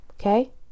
Okay